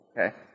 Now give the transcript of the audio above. Okay